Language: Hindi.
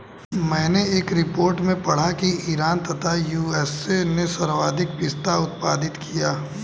मैनें एक रिपोर्ट में पढ़ा की ईरान तथा यू.एस.ए ने सर्वाधिक पिस्ता उत्पादित किया